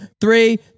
Three